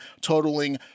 totaling